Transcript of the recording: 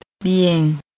Bien